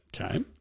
okay